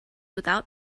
without